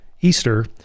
Easter